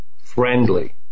friendly